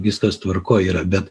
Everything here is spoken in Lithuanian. viskas tvarkoj yra bet